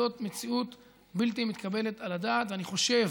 זאת מציאות בלתי מתקבלת על הדעת, ואני חושב